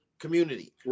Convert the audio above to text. Community